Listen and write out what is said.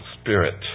spirit